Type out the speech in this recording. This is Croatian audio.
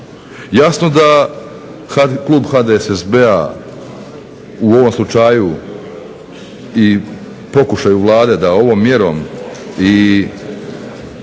Jasno da klub HDSSB-a u ovom slučaju i pokušaju Vlade da ovom mjerom i